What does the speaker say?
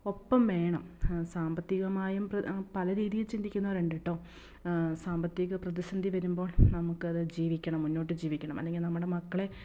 ഒപ്പം വേണം സാമ്പത്തികമായും പല രീതിയിൽ ചിന്തിക്കുന്നവരുണ്ട് കേട്ടോ സാമ്പത്തിക പ്രതിസന്ധി വരുമ്പോൾ നമുക്ക് ജീവിക്കണം മുന്നോട്ട് ജീവിക്കണം അല്ലെങ്കിൽ നമ്മുടെ മക്കളെ